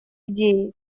идеи